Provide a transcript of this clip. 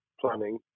planning